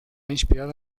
inspirada